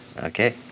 Okay